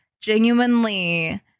genuinely